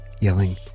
yelling